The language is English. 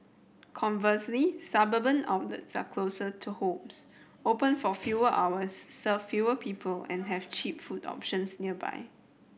conversely suburban outlets are closer to homes open for fewer hours serve fewer people and have cheap food options nearby